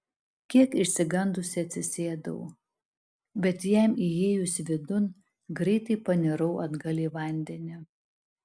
kiek išsigandusi atsisėdau bet jam įėjus vidun greitai panirau atgal į vandenį